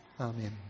amen